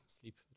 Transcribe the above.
sleep